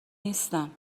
نیستم